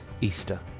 Easter